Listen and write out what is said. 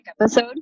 episode